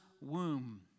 womb